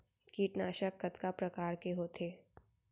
कीटनाशक कतका प्रकार के होथे?